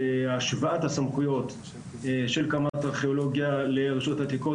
השוואת הסמכויות של קמ"ט ארכיאולוגיה לרשות העתיקות,